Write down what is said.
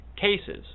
cases